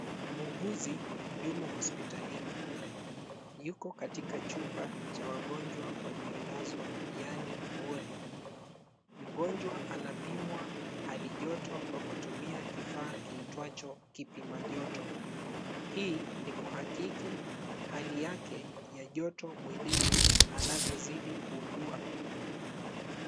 Muuguzi yumo hospitalini. Yuko katika chumba cha wagonjwa waliolazwa, yaani wodi. Mgonjwa anapimwa hali joto kwa kutumia kifaa kiitwacho kipima joto. Hii ni kuhakiki hali yake ya joto mwilini anavyozidi kuugua.